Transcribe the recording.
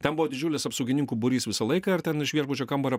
ten buvo didžiulis apsaugininkų būrys visą laiką ir ten iš viešbučio kambario